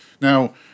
now